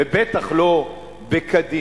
ובטח לא בקדימה,